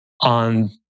on